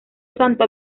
santo